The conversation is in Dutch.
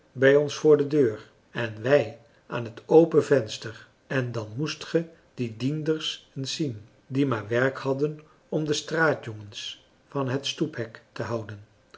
bij ons voor de deur en wij aan het open venster en dan moest ge die dienders eens zien die maar werk hadden om de straatjongens van het stoephek te houden